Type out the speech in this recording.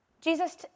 Jesus